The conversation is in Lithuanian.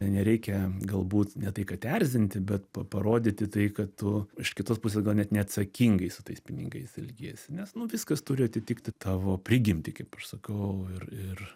nereikia galbūt ne tai kad erzinti bet pa parodyti tai kad tu iš kitos pusės gal net neatsakingai su tais pinigais elgiesi nes nu viskas turi atitikti tavo prigimtį kaip aš sakau ir ir